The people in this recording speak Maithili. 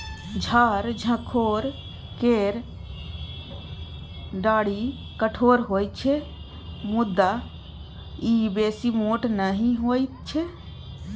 झार झंखोर केर डाढ़ि कठोर होइत छै मुदा ई बेसी मोट नहि होइत छै